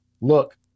look